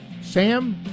Sam